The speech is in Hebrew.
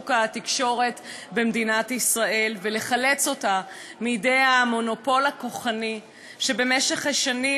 שוק התקשורת במדינת ישראל ולחלץ אותו מידי המונופול הכוחני שבמשך שנים